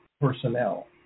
personnel